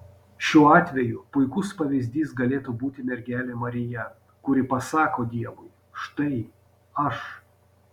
šiuo atveju puikus pavyzdys galėtų būti mergelė marija kuri pasako dievui štai aš